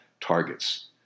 targets